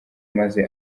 maze